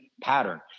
pattern